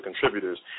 contributors